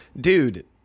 Dude